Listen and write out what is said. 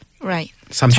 Right